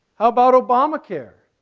how about obama care?